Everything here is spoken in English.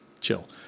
chill